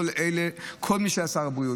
את כל אלה, כל מי שהיה שר הבריאות,